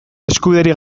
eskubiderik